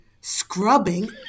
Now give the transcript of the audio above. scrubbing